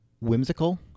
whimsical